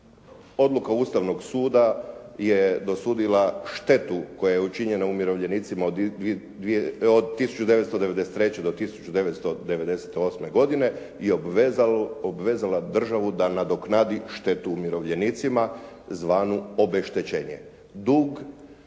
Odluka Ustavnog suda je dosudila štetu koja je učinjena umirovljenicima od 1993. do 1998. godine i obvezala državu da nadoknadi štetu umirovljenicima zvanu obeštećenje.